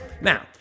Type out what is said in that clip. Now